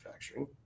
manufacturing